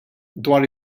dwar